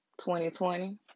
2020